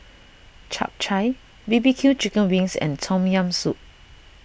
Chap Chai B B Q Chicken Wings and Tom Yam Soup